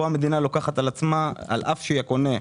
פה המדינה לוקחת על עצמה, על אף שהיא הקונה,